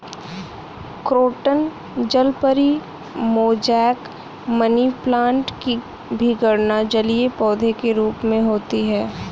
croton जलपरी, mosaic, money plant की भी गणना जलीय पौधे के रूप में होती है